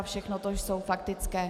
Všechno to jsou faktické.